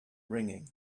ringing